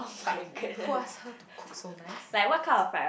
but who ask her to cook so nice